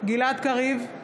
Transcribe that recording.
גלעד קריב,